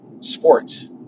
Sports